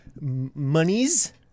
monies